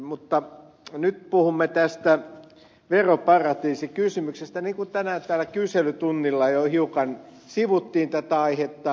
mutta nyt puhumme tästä veroparatiisikysymyksestä niin kuin tänään täällä kyselytunnilla jo hiukan sivuttiin tätä aihetta